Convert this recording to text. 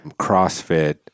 CrossFit